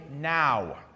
now